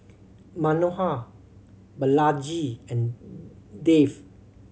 Manohar Balaji and Dev